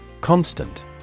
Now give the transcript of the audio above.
Constant